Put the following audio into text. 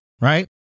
right